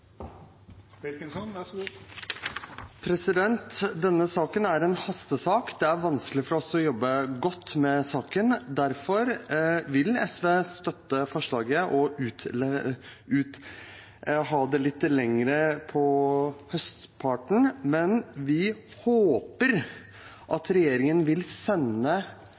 en hastesak. Det er vanskelig for oss å jobbe godt med saken. Derfor vil SV støtte forslaget om å ha dette til litt lenger utpå høsten, men vi håper at regjeringen vil sende